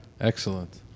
Excellent